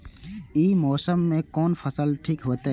ई मौसम में कोन फसल ठीक होते?